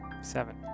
Seven